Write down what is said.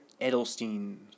Edelstein